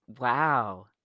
Wow